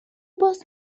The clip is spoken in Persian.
باز